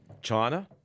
China